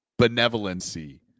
benevolency